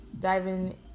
diving